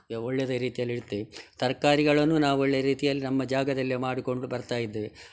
ಒಳ್ಳೆ ರೀತಿಯಲ್ಲಿ ಇಡ್ತೇವೆ ತರಕಾರಿಗಳನ್ನು ನಾ ಒಳ್ಳೆ ರೀತಿಯಲ್ಲಿ ನಮ್ಮ ಜಾಗದಲ್ಲೆ ಮಾಡಿಕೊಂಡು ಬರ್ತಾ ಇದ್ದೇವೆ